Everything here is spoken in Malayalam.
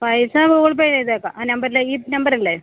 പൈസ ഗൂഗിള് പേ ചെയ്തേക്കാം ആ നമ്പറില് ഈ നമ്പറല്ലെ